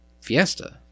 Fiesta